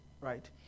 right